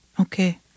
Okay